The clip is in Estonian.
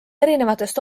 erinevatest